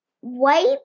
white